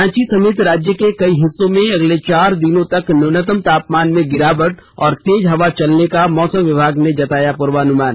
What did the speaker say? रांची समेत राज्य के कई हिस्सों मे अगले चार दिनों तक न्यूनतम तापमान मे गिरावट और तेज हवा चलने का मौसम विभाग ने जारी किया पूर्वानुमान